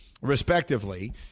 respectively